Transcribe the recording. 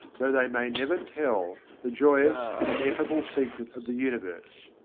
though they may never tell, the joyous and ineffable secret of the universe.